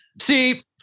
See